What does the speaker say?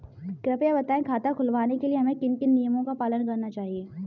कृपया बताएँ खाता खुलवाने के लिए हमें किन किन नियमों का पालन करना चाहिए?